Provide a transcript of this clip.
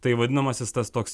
tai vadinamasis tas toks